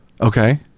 Okay